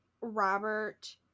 Robert